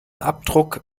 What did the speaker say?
abdruck